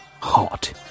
Hot